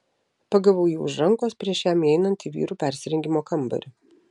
pagavau jį už rankos prieš jam įeinant į vyrų persirengimo kambarį